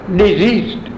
diseased